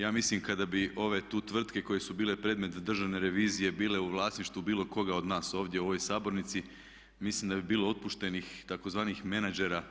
Ja mislim kada bi ove tu tvrtke koje su bile predmet Državne revizije bile u vlasništvu bilo koga od nas ovdje u ovoj sabornici mislim da bi bilo otpuštenih tzv. menadžera